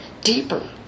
deeper